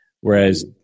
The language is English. Whereas